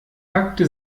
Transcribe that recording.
packte